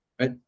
right